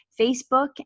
Facebook